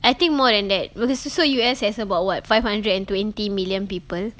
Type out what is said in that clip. I think more than that because also U_S has about what five hundred and twenty million people